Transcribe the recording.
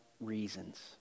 reasons